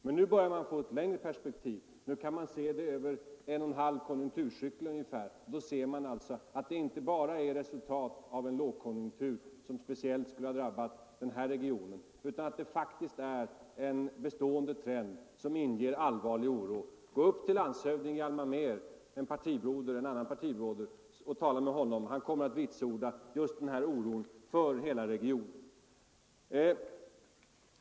Men nu börjar man få ett längre perspektiv — nu kan man se det över ungefär en och en halv konjunkturcykel — och då märker man att det inte bara är resultatet av en lågkonjunktur som speciellt skulle ha drabbat den här regionen utan att det faktiskt är en bestående trend som inger allvarlig oro. Gå upp till landshövding Hjalmar Mehr, en annan partibroder, och tala med honom! Han kommer att vitsorda att den här oron finns för hela regionen.